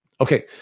Okay